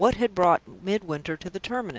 what had brought midwinter to the terminus?